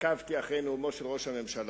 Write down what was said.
עקבתי אחרי נאום ראש הממשלה.